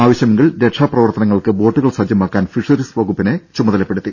ആവശ്യമെങ്കിൽ രക്ഷാപ്രവർത്തനങ്ങൾക്ക് ബോട്ടുകൾ സജ്ജമാക്കാൻ ഫിഷറീസ് വകുപ്പിന്റെ ചുമതലപ്പെടുത്തി